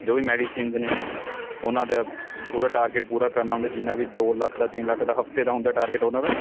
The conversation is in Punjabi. ਜੋ ਵੀ ਮੈਡੀਸਿਨਸ ਨੇ ਉਹਨਾਂ ਦਾ ਪੂਰਾ ਟਾਰਗੇਟ ਪੂਰਾ ਕਰਨਾ ਹੁੰਦਾ ਜਿੰਨਾ ਵੀ ਦੋ ਲੱਖ ਦਾ ਤਿੰਨ ਲੱਖ ਦਾ ਹਫਤੇ ਦਾ ਹੁੰਦਾ ਟਾਰਗੇਟ ਉਹਨਾਂ ਦਾ